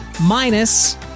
minus